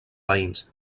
veïns